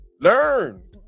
Learn